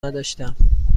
نداشتم